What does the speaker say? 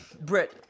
Brett